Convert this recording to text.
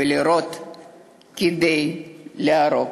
לירות כדי להרוג